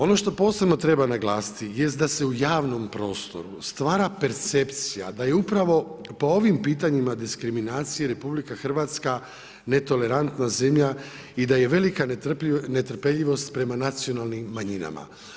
Ono što posebno treba naglasiti jest da se u javnom prostoru stvara percepcija da je upravo po ovim pitanjima diskriminacije Republika Hrvatska netolerantna zemlja i da je velika netrpeljivost prema nacionalnim manjinama.